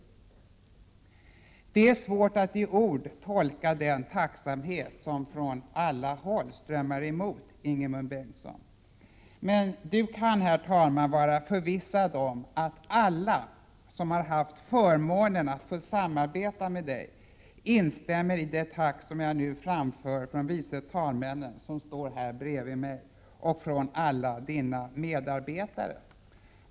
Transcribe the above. Det är svårt att i ord tolka den tacksamhet som från alla håll strömmar emot Ingemund Bengtsson. Men Du kan, herr talman, vara förvissad om att alla som har haft förmånen att få samarbeta med Dig instämmer i det tack som jag nu framför från vice talmännen, som står här bredvid mig, och från alla Dina medarbetare.